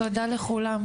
ט': תודה לכולם.